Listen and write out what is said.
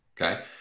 Okay